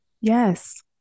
Yes